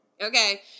Okay